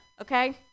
okay